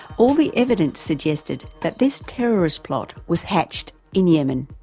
all the evidence suggested that this terrorist plot was hatched in yemen.